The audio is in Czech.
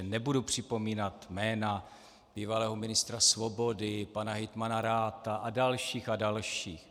Nebudu připomínat jména bývalého ministra Svobody, pana hejtmana Ratha a dalších a dalších.